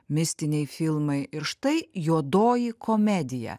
mistiniai filmai ir štai juodoji komedija